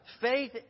Faith